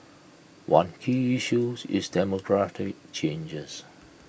one key issue is demographic changes